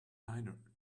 niner